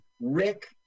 Rick